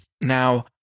Now